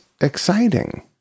exciting